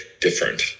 different